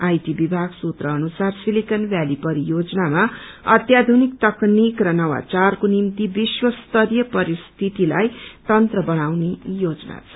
IT विभाग सूत्र अनुसार सिलिकन भ्याली परियोजनामा अत्याधुनिक तकनिक र नवाचारको निम्ति विश्व स्तरीय परिस्थितीलाई तन्त्र बनाउने योजना छ